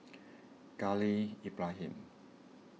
Khalil Ibrahim